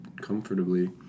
comfortably